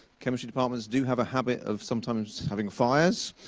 chemistry departments do have a habit of sometimes having fires.